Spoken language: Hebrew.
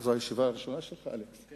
זאת הישיבה הראשונה שלך, אלכס מילר?